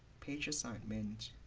page assignment